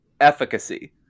efficacy